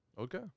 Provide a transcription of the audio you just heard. Okay